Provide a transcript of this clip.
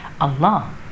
Allah